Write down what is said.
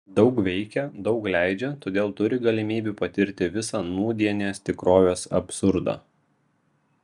daug veikia daug leidžia todėl turi galimybių patirti visą nūdienės tikrovės absurdą